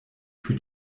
für